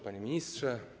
Panie Ministrze!